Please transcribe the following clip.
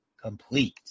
complete